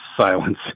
silence